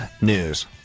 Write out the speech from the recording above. news